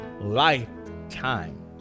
lifetime